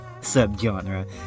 subgenre